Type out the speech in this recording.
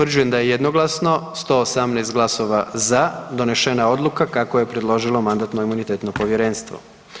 Utvrđujem da je jednoglasno, 118 glasova za donešena odluka kako je predložilo Mandatno-imunitetno povjerenstvo.